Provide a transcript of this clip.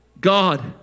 god